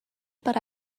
but